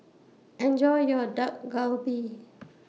Enjoy your Dak Galbi